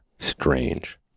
strange